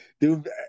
dude